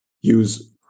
use